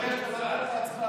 הוא מבקש לבטל את ההצבעה שלו.